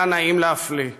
היה נעים להפליא,